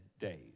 days